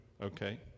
okay